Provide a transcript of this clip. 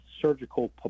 Surgical